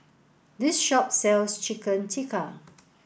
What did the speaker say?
this shop sells Chicken Tikka